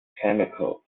chemicals